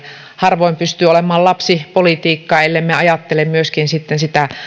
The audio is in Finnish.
harvoin pystyy olemaan lapsipolitiikkaa ellemme ajattele myöskin sitten sitä